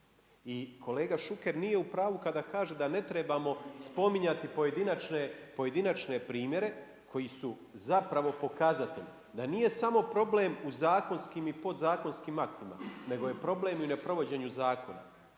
I kolega Šuker nije upravu kada kaže da ne trebamo spominjati pojedinačne primjere koji su pokazatelji da nije samo problem u zakonskim i podzakonskim aktima nego je problem i u neprovođenju zakona.